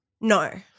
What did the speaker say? No